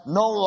no